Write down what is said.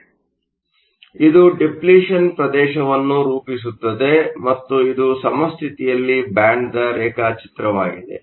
ಆದ್ದರಿಂದ ಇದು ಡಿಪ್ಲಿಷನ್ ಪ್ರದೇಶವನ್ನು ರೂಪಿಸುತ್ತದೆ ಮತ್ತು ಇದು ಸಮಸ್ಥಿತಿಯಲ್ಲಿ ಬ್ಯಾಂಡ್ನ ರೇಖಾಚಿತ್ರವಾಗಿದೆ